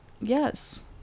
Yes